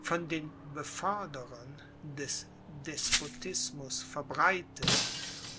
von den beförderern des despotismus verbreitet